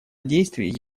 действий